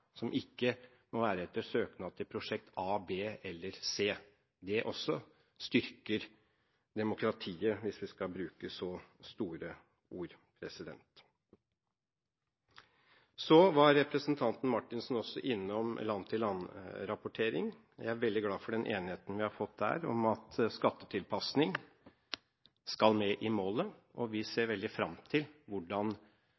som ikke må være etter søknad til prosjekt A, B eller C. Det også styrker demokratiet, hvis vi skal bruke så store ord. Så var representanten Marthinsen også innom land-for-land-rapportering. Jeg er veldig glad for den enigheten vi har fått der om at skattetilpasning skal med i målet, og vi